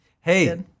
Hey